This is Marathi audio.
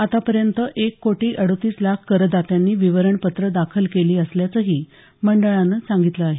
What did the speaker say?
आतापर्यंत एक कोटी अडोतीस लाख करदात्यांनी विवरणपत्र दाखल केली असल्याचंही मंडळानं सांगितलं आहे